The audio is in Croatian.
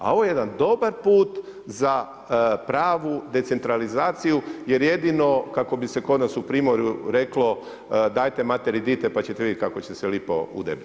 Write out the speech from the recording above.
A ovo je jedan dobar put za pravu decentralizaciju, jer jedino kako bi se kod nas u primorju reklo dajte materi dite, pa ćete vidjeti kako će se lipo udebljat.